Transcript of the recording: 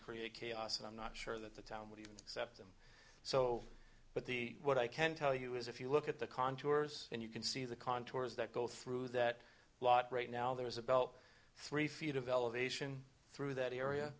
create chaos and i'm not sure that the town would even accept them so but the what i can tell you is if you look at the contours and you can see the contours that go through that lot right now there is a belt three feet of elevation through that area